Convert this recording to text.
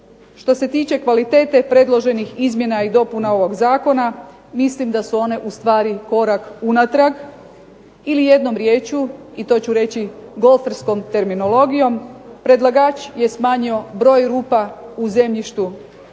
što se tiče kvalitete predloženih izmjena i dopuna ovog zakona mislim da su ustvari one korak unatrag ili jednom riječju i to ću reći golferskom terminologijom, predlagač je smanjio broj rupa u zemljištu u